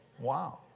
Wow